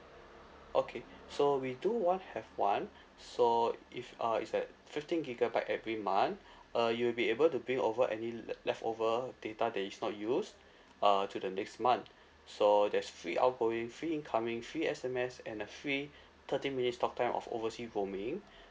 okay so we do one have one so if uh is at fifteen gigabyte every month uh you'll be able to bring over any le~ left over data that is not use uh to the next month so that's free outgoing free incoming free S_M_S and a free thirty minutes talk time of oversea roaming